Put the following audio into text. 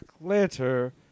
later